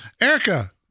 Erica